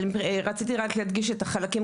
אבל בכל זאת רציתי להדגיש את החלקים